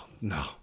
no